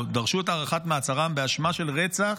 או דרשו את הארכת מעצרם באשמה של רצח,